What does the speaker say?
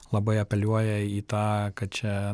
labai apeliuoja į tą kad čia